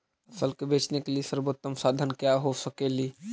फसल के बेचने के सरबोतम साधन क्या हो सकेली?